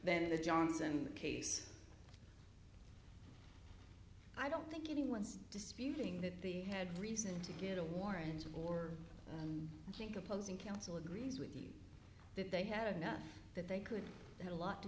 then the johnson case i don't think anyone's disputing that the had reason to get a warrant or think opposing counsel agrees with you that they had enough that they could have a lot to